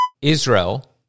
Israel